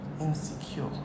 insecure